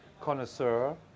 connoisseur